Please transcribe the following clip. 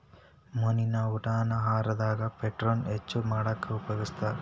ಮೇನಿನ ಊಟಾನ ಆಹಾರದಾಗ ಪ್ರೊಟೇನ್ ಹೆಚ್ಚ್ ಮಾಡಾಕ ಉಪಯೋಗಸ್ತಾರ